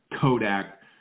Kodak